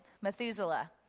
Methuselah